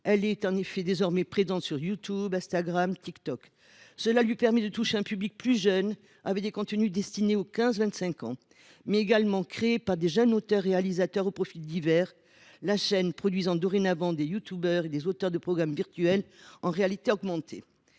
chaîne est en effet désormais présente sur YouTube, sur Instagram et sur TikTok. Cela lui permet de toucher un public plus jeune, avec des contenus destinés aux 15 25 ans et réalisés par de jeunes auteurs et réalisateurs aux profils divers, Arte produisant dorénavant les créations de youtubeurs et d’auteurs de programmes virtuels en réalité augmentée.